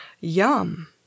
Yum